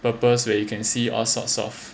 purpose where you can see all sorts of